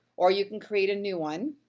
or you can create a new one,